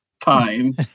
time